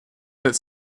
that